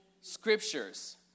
scriptures